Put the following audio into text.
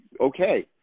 okay